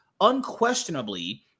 unquestionably